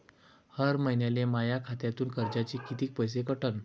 हर महिन्याले माह्या खात्यातून कर्जाचे कितीक पैसे कटन?